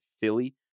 Philly